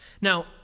Now